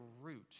root